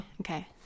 Okay